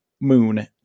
Moon